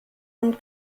und